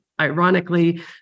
ironically